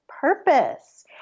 Purpose